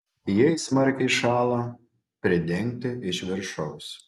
jei smarkiai šąla pridengti iš viršaus